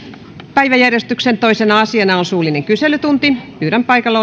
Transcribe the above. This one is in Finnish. päiväjärjestyksen toisena asiana on suullinen kyselytunti pyydän paikalla